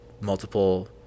multiple